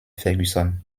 ferguson